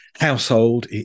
household